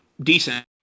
decent